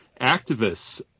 activists